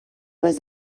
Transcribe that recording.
was